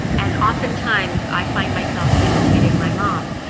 and oftentimes, i find myself imitating my mom.